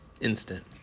Instant